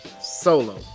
Solo